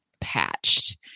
patched